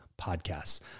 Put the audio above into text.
podcasts